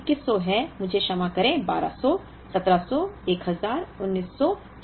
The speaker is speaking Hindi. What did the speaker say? यह 2100 है मुझे क्षमा करें 1200 17001000 1900 1400